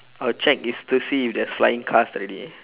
I would check if to see if there are flying cars already